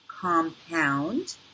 compound